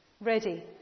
Ready